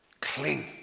Cling